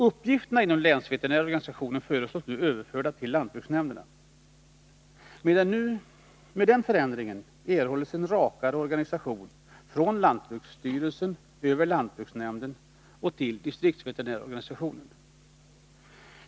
Uppgifterna inom länsveterinärsorganisationen föreslås bli överförda till lantbruksnämnderna. Med den förändringen erhålles en rakare organisation från lantbruksstyrelsen över lantbruksnämnderna och till distriktsveterinärsorganisationen.